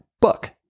book